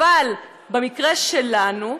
אבל במקרה שלנו,